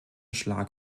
schlag